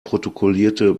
protokollierte